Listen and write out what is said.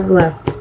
left